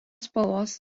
spalvos